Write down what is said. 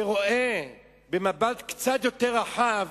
שרואה במבט קצת יותר רחב